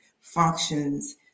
functions